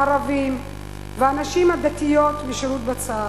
הערבים והנשים הדתיות משירות בצה"ל,